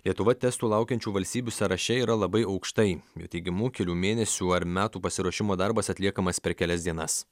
lietuva testų laukiančių valstybių sąraše yra labai aukštai jų teigimu kelių mėnesių ar metų pasiruošimo darbas atliekamas per kelias dienas